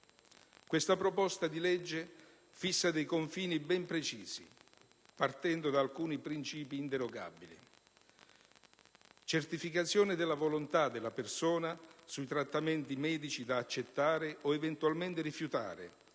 Questa proposta di legge fissa dei confini ben precisi, partendo da alcuni princìpi inderogabili: certificazione della volontà della persona sui trattamenti medici da accettare o eventualmente rifiutare,